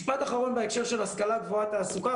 משפט אחרון בהקשר של השכלה גבוהה-תעסוקה,